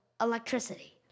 electricity